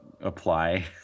apply